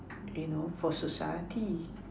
you know for society